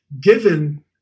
given